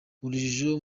urujijo